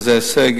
וזה הישג,